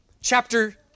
chapter